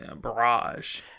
Barrage